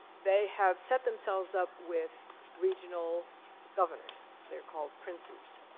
they have set themselves up with regional governors. they're called princes.